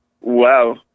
wow